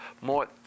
more